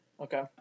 Okay